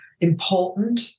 important